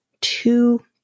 two